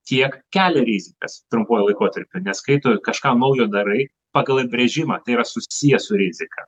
tiek kelia rizikas trumpuoju laikotarpiu nes kai tu kažką naujo darai pagal apibrėžimą tai yra susiję su rizika